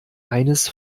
eines